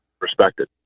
respected